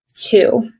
two